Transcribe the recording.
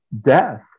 death